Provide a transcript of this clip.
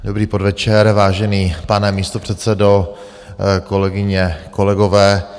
Dobrý podvečer, vážený pane místopředsedo, kolegyně, kolegové.